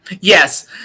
Yes